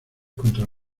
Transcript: contra